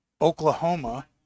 Oklahoma